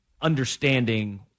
understanding